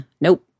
nope